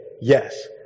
yes